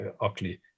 ugly